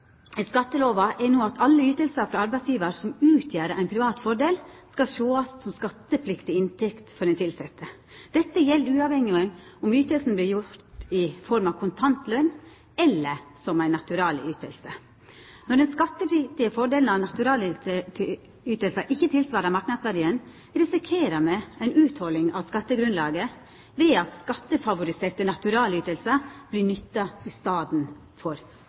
i skattelova er no at alle ytingar frå arbeidsgjevar som utgjer ein privat fordel, skal sjåast som skattepliktig inntekt for den tilsette. Dette gjeld uavhengig av om ytinga vert gjeven i form av kontant løn eller som ei naturalyting. Når den skattepliktige fordelen av naturalytinga ikkje tilsvarer marknadsverdien, risikerer ein ei utholing av skattegrunnlaget, ved at skattefavoriserte naturalytingar vert nytta i staden for